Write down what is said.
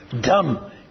dumb